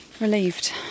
Relieved